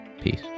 peace